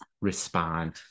respond